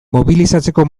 mobilizatzeko